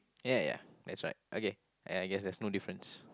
ya ya ya that's right okay I I guess there's no difference